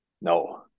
No